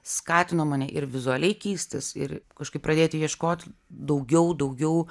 skatino mane ir vizualiai keistis ir kažkaip pradėti ieškoti daugiau daugiau